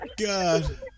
god